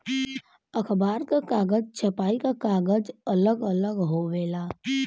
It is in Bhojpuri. अखबार क कागज, छपाई क कागज अलग अलग होवेला